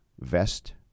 Vest